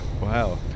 Wow